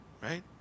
Right